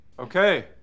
Okay